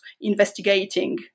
investigating